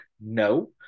No